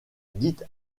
dite